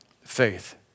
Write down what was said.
faith